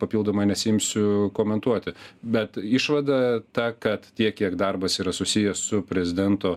ne papildomai nesiimsiu komentuoti bet išvada ta kad tiek kiek darbas yra susijęs su prezidento